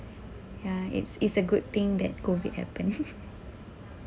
ya it's it's a good thing that COVID happen